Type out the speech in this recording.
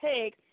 take